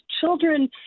children